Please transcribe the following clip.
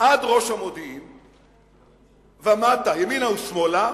עד ראש המודיעין ומטה, ימינה ושמאלה,